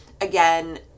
again